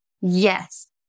Yes